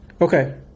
Okay